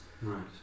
Right